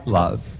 love